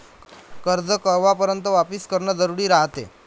कर्ज कवापर्यंत वापिस करन जरुरी रायते?